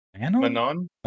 Manon